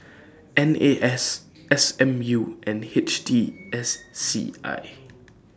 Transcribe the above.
N A S S M U and H T S C I